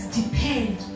depend